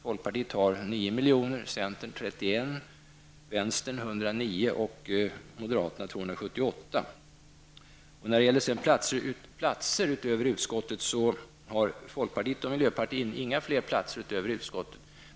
Folkpartiet lägger till 9 Ser man till antalet platser, finner man att folkpartiet och miljöpartiet inte lägger till något utöver utskottet.